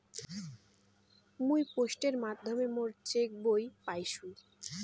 মুই পোস্টের মাধ্যমে মোর চেক বই পাইসু